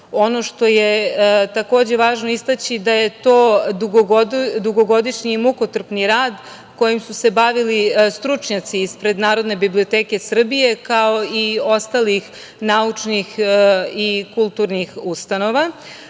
što je takođe važno istaći jeste da je to dugogodišnji i mukotrpni rad kojim su se bavili stručnjaci ispred Narodne biblioteke Srbije, kao i ostalih naučnih i kulturnih ustanova.